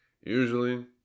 Usually